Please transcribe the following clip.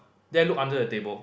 then I look under the table